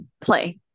Play